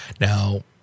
Now